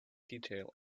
detail